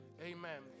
Amen